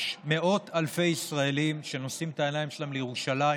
יש מאות אלפי ישראלים שנושאים את העיניים שלהם לירושלים,